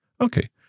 Okay